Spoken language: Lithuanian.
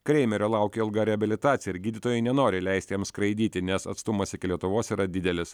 kreimerio laukia ilga reabilitacija ir gydytojai nenori leisti jam skraidyti nes atstumas iki lietuvos yra didelis